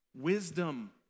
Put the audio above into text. wisdom